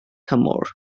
tymor